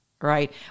right